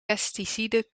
pesticiden